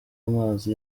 amazi